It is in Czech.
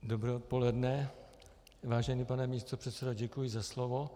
Dobré odpoledne, vážený pane místopředsedo, děkuji za slovo.